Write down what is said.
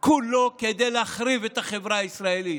כולו כדי להחריב את החברה הישראלית.